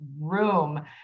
room